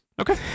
Okay